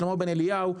שלמה בן אליהו,